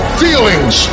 feelings